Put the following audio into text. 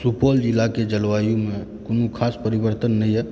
सुपौल जिलाके जलवायुमे कोनो खास परिवर्तन नहि यऽ